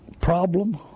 problem